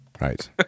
Right